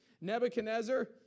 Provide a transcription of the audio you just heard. Nebuchadnezzar